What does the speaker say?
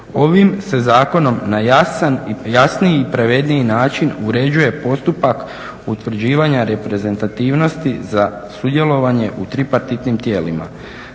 ovim se zakonom na jasniji i pravedniji način uređuje postupak utvrđivanja reprezentativnosti za sudjelovanje u tripartitnim tijelima.